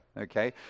okay